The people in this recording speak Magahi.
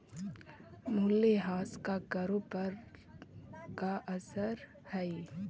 मूल्यह्रास का करों पर का असर हई